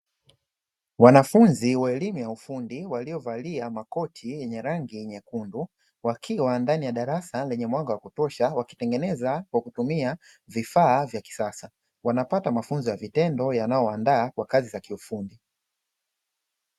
Wanafunzi wa elimu ya ufundi waliovalia makoti yenye rangi nyekundu, wakiwa ndani ya darasa lenye mwanga wa kutosha, wakitengeneza kwa kutumia vifaa vya kisasa. Wanapata mafunzo ya vitendo yanayowaandaa kwa kazi za kiufundi.